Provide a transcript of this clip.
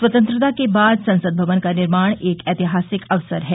स्वतंत्रता के बाद संसद भवन का निर्माण एक ऐतिहासिक अवसर है